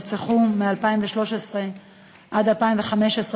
שהן ערביות נרצחו מ-2013 עד 2015,